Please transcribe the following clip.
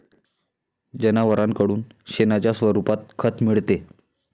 जनावरांकडून शेणाच्या स्वरूपात खत मिळते